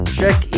check